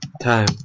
time